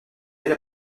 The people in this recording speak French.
est